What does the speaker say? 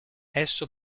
esso